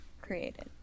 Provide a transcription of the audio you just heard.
created